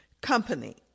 company